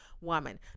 woman